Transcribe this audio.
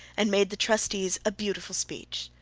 and made the trustees a beautiful speech.